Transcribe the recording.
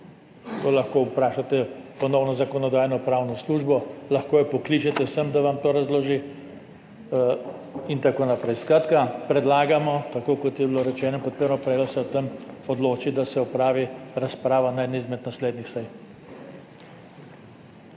To lahko vprašate ponovno Zakonodajno-pravno službo, lahko jo pokličete sem, da vam to razloži in tako naprej. Skratka, predlagamo, tako kot je bilo rečeno, podpiramo predlog, da se o tem odloči, da se opravi razprava na eni izmed naslednjih sej.